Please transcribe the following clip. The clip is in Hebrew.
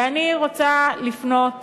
ואני רוצה לפנות